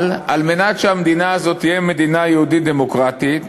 אבל כדי שהמדינה הזאת תהיה מדינה יהודית דמוקרטית,